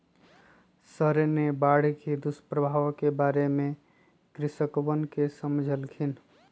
sir ने बाढ़ के दुष्प्रभाव के बारे में कृषकवन के समझल खिन